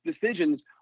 decisions